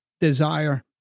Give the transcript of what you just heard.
desire